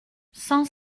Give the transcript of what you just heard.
sans